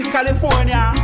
California